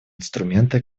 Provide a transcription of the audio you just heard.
инструменты